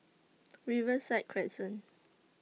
Riverside Crescent